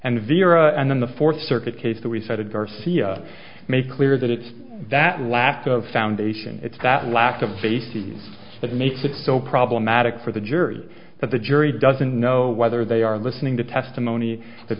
and viera and then the fourth circuit case that we cited garcia make clear that it's that lack of foundation it's that lack of bases that makes it so problematic for the jury that the jury doesn't know whether they are listening to testimony that